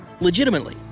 Legitimately